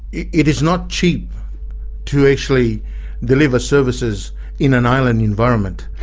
it it is not cheap to actually deliver services in an island environment.